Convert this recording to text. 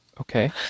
Okay